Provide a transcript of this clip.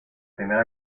primera